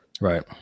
Right